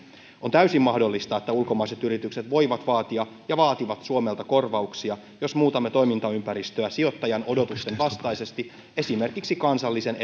on täysin mahdollista että ulkomaiset yritykset voivat vaatia ja vaativat suomelta korvauksia jos muutamme toimintaympäristöä sijoittajan odotusten vastaisesti esimerkiksi kansallisen